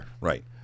Right